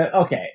okay